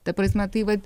ta prasme tai vat